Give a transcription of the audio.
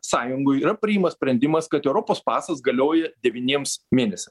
sąjungoj yra priima sprendimas kad europos pasas galioja devyniems mėnesiam